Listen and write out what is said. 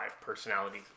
personality